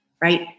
right